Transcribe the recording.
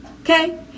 Okay